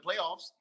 playoffs